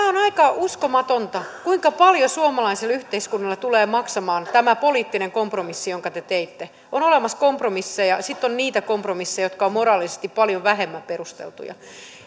on aika uskomatonta kuinka paljon suomalaiselle yhteiskunnalle tulee maksamaan tämä poliittinen kompromissi jonka te teitte on olemassa kompromisseja sitten on niitä kompromisseja jotka ovat moraalisesti paljon vähemmän perusteltuja